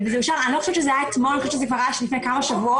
אני לא חושבת שזה היה אתמול אלא לפני כמה שבועות